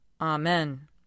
Amen